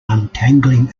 untangling